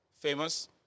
famous